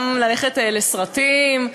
גם ללכת לסרטים.